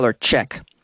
check